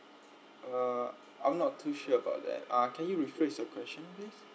uh I'm not too sure about that uh can you rephrase your question please